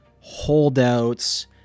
holdouts